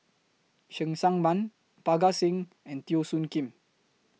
Cheng Tsang Man Parga Singh and Teo Soon Kim